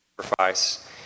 sacrifice